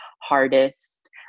hardest